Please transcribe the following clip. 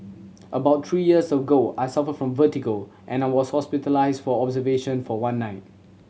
about three years ago I suffered from vertigo and was hospitalised for observation for one night